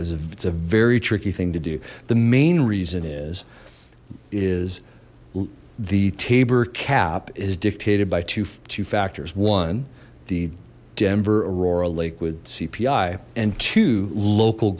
is if it's a very tricky thing to do the main reason is is the tabor cap is dictated by two factors one the denver aurora lakewood cpi and two local